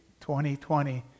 2020